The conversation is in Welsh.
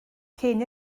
cyn